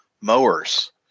mowers